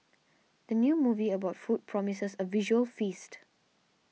the new movie about food promises a visual feast